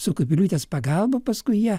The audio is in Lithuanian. su kubiliūtės pagalba paskui jie